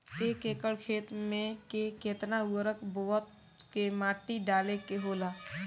एक एकड़ खेत में के केतना उर्वरक बोअत के माटी डाले के होला?